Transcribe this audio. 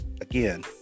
Again